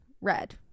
Red